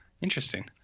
interesting